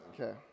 Okay